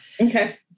okay